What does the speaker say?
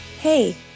Hey